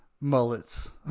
mullets